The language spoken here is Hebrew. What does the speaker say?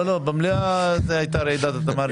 לא, במליאה זו הייתה רעידת אדמה רצינית מאוד.